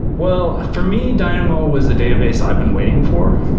well for me, dynamo was the database i've been waiting for.